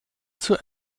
zur